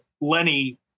Lenny